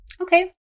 Okay